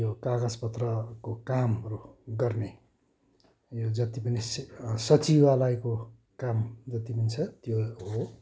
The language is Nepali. यो कागज पत्रको कामहरू गर्ने यो जति पनि सचिवालयको काम जति पनि छ त्यो हो